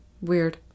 Weird